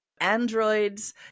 androids